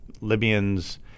Libyan's